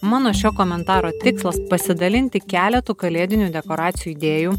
mano šio komentaro tikslas pasidalinti keletu kalėdinių dekoracijų idėjų